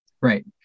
Right